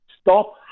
stop